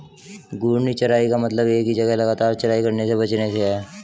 घूर्णी चराई का मतलब एक ही जगह लगातार चराई करने से बचने से है